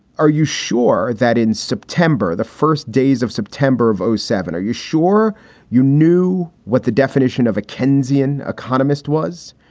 are you sure that in september, the first days of september of seven, are you sure you knew what the definition of a keynesian economist was?